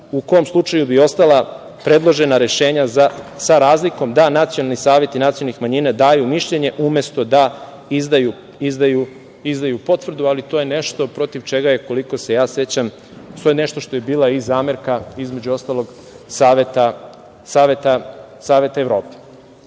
u kom slučaju bi ostala predložena rešenja sa razlikom da nacionalni saveti nacionalnih manjina daju mišljenje umesto da izdaju potvrdu, ali to je nešto protiv čega je, koliko se ja sećam, to je nešto što je bila i zamerka, između ostalog, Saveta Evrope. Kada